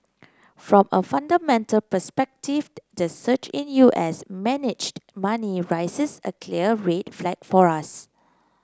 from a fundamental perspective the surge in U S managed money raises a clear red flag for us